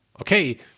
Okay